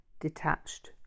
detached